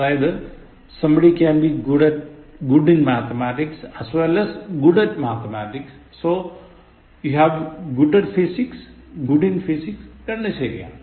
അതായത് somebody can be good in Mathematics as well as good at Mathematics so you have good at Physics good in Physics രണ്ടും ശരിയാണ്